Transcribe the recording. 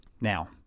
Now